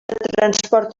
transport